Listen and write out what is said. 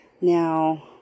Now